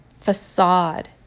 facade